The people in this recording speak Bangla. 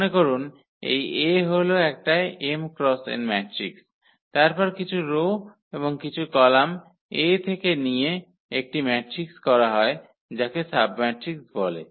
মনে করুন এই A হল একটা m x n ম্যাট্রিক্স তারপর কিছু রো এবং কিছু কলাম 𝐴 থেকে নিয়ে একটি ম্যাট্রিক্স করা হয় যাকে সাবম্যাট্রিক্স বলে